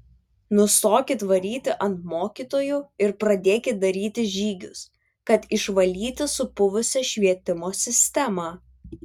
nustokit varyti ant mokytojų ir pradėkit daryti žygius kad išvalyti supuvusią švietimo sistemą